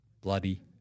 bloody